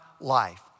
life